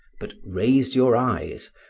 but raise your eyes,